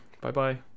bye-bye